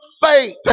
faith